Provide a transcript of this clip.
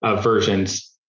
versions